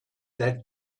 that